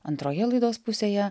antroje laidos pusėje